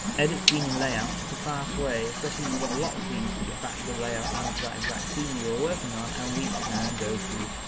edit scene in layout, it's a fast way, especially if you've got a lot of scenes to get back to the layout and to that exact scene you're working on, and we can go to,